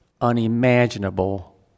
unimaginable